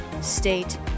state